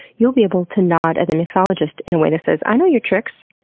you'll be able to nod at the mixologist in a way that says, i know your tricks.